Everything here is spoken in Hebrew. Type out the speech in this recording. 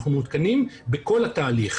אנחנו מעודכנים בכל התהליך,